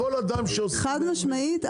חד משמעית,